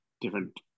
different